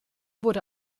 wurde